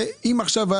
אם אזרח היה